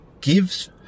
gives